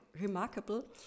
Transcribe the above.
remarkable